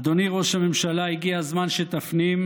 אדוני ראש הממשלה, הגיע הזמן שתפנים,